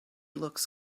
looks